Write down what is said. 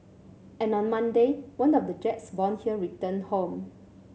and on Monday one of the jets born here returned home